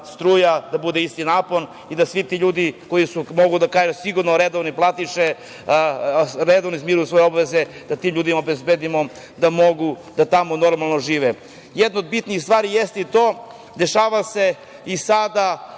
da bude isti napon i da svi ti ljudi, mogu da kažem, sigurno redovne platiše, redovno izmiruju svoje obaveza, da tim ljudima obezbedimo da mogu normalno da žive. Jedna od bitnih stvari jeste i to, dešava se i sada